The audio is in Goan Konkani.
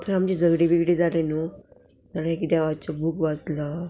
आमची झगडी बिगडी जाली न्हू जाणें किदें हांवचो बूक वाचलो